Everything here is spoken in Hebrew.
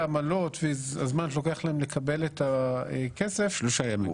העמלות והזמן שלוקח להם לקבל את הכסף --- שלושה ימים.